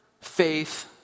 faith